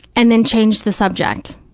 and then changed the subject,